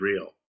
real